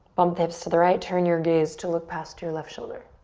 bump the hips to the right, turn your gaze to look past your left shoulder.